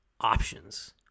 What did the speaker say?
options